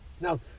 now